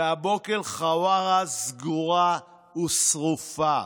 והבוקר חווארה סגורה ושרופה,